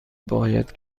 باید